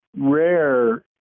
rare